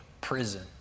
prison